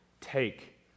take